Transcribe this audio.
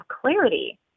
clarity